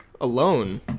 alone